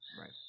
Right